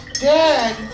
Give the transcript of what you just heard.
Dad